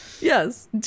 yes